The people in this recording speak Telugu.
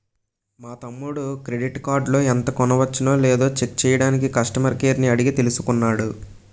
మా తమ్ముడు క్రెడిట్ కార్డులో ఎంత కొనవచ్చునో లేదో చెక్ చెయ్యడానికి కష్టమర్ కేర్ ని అడిగి తెలుసుకున్నాడు